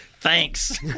Thanks